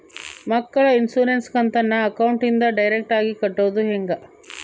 ಮಕ್ಕಳ ಇನ್ಸುರೆನ್ಸ್ ಕಂತನ್ನ ಅಕೌಂಟಿಂದ ಡೈರೆಕ್ಟಾಗಿ ಕಟ್ಟೋದು ಹೆಂಗ?